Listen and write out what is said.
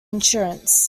insurance